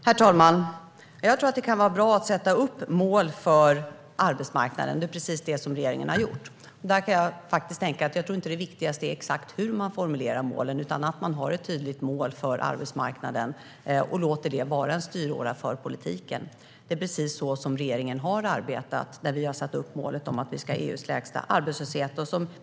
Herr talman! Jag tror att det kan vara bra att sätta upp mål för arbetsmarknaden. Det är precis det som regeringen har gjort. Där kan jag tänka att det viktigaste inte är exakt hur man formulerar målen utan att man har ett tydligt mål för arbetsmarknaden och låter det vara en styråra för politiken. Det är precis så regeringen har arbetat när vi har satt upp målet att vi ska ha EU:s lägsta arbetslöshet.